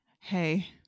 hey